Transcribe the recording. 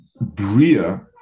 Bria